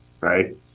right